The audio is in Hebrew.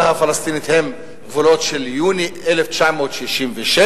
הפלסטינית הם הגבולות של יוני 1967,